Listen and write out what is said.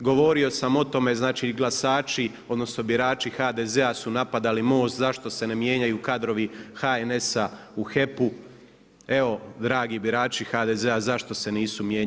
govorio sam o tome znači glasači, odnosno birači HDZ-a su napadali Most, zašto se ne mijenjaju kadrovi HNS-a, u HEP-u, evo dragi birači HDZ-a zašto se nisu mijenjali.